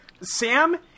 Sam